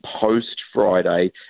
post-Friday